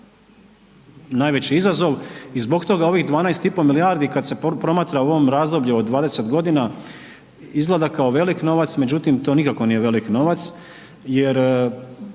najveći izazov i zbog toga ovih 12 i po milijardi kad se promatra u ovom razdoblju od 20 godina, izgleda kao velik novac, međutim to nikako nije velik novac, jer